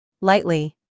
Lightly